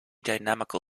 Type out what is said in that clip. dynamical